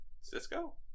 Cisco